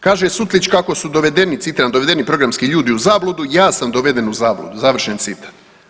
Kaže Sutlić kako su dovedeni, citiram, dovedeni programski ljudi u zabludu, ja sam doveden u zabludu, završen citat.